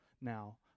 now